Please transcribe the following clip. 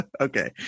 okay